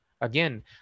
again